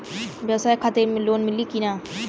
ब्यवसाय खातिर लोन मिली कि ना?